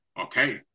Okay